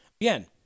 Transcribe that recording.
Again